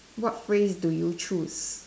what phrase do you choose